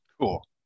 Cool